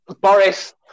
Boris